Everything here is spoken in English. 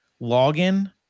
login